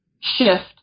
shift